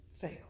fail